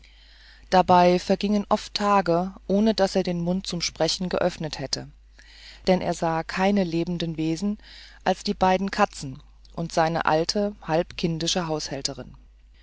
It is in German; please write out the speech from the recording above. dabei vergingen oft tage ohne daß er den mund zum sprechen geöffnet hätte denn er sah keine lebenden wesen als die beiden katzen und seine alte halb kindische haushälterin